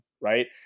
right